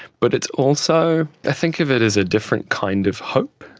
but it's also, i think of it as a different kind of hope.